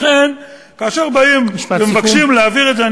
לכן, כאשר באים ומבקשים להעביר את זה, משפט סיכום.